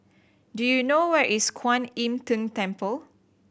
do you know where is Kuan Im Tng Temple